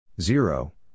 Zero